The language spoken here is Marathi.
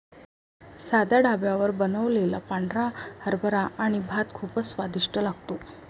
साध्या ढाब्यावर बनवलेला पांढरा हरभरा आणि भात खूप स्वादिष्ट लागतो